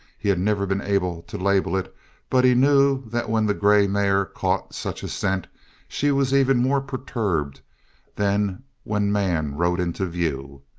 he had never been able to label it but he knew that when the grey mare caught such a scent she was even more perturbed than when man rode into view.